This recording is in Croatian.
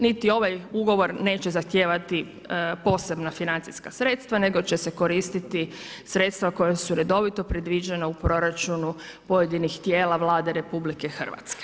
Niti ovaj ugovor neće zahtijevati posebna financijska sredstva nego će se koristiti sredstva koja su redovito predviđena u proračunu pojedinih tijela Vlade RH.